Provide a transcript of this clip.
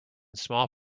small